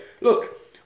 Look